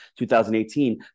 2018